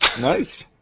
Nice